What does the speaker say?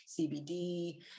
cbd